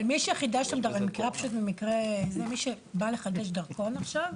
אבל מישהי באה לחדש דרכון עכשיו,